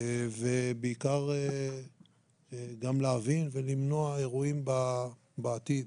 ובעיקר גם להבין ולמנוע אירועים בעתיד.